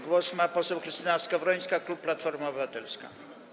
Głos ma poseł Krystyna Skowrońska, klub Platforma Obywatelska.